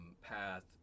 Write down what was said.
path